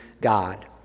God